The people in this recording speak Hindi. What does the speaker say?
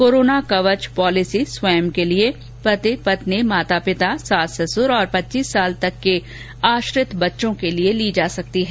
कोरोना कवच पॉलिसी स्वयं के लिए पति पत्नी माता पिता सास ससर और पच्चीस वर्ष तक के आश्रित बच्चों के लिए ली जा सकती है